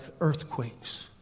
earthquakes